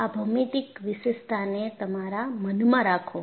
આ ભોમીતિક વિશેષતાને તમારા મનમાં રાખો